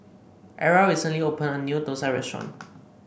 Era recently opened a new thosai restaurant